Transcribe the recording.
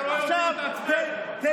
אתה רואה שאני מתעצבן?